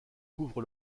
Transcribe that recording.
couvre